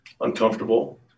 uncomfortable